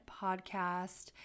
podcast